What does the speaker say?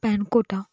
panna cotta